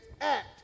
act